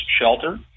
shelter